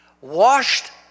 washed